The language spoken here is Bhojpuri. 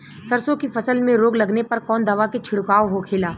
सरसों की फसल में रोग लगने पर कौन दवा के छिड़काव होखेला?